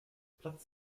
platz